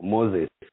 Moses